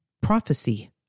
prophecy